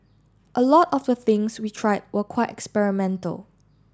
a lot of the things we tried were quite experimental